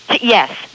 Yes